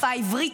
בשפה העברית,